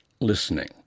listening